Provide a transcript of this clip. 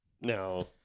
Now